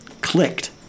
clicked